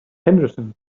henderson